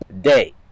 day